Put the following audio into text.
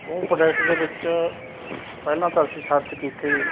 ਉਹ ਪ੍ਰੋਡਕਟ ਦੇ ਵਿੱਚ ਪਹਿਲਾਂ ਤਾਂ ਅਸੀਂ ਸਰਚ ਕੀਤੀ